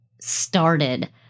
started